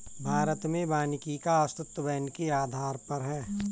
भारत में वानिकी का अस्तित्व वैन के आधार पर है